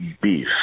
beef